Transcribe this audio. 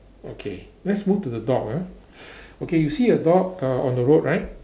okay let's move to the dog ah okay you see a dog uh on the road right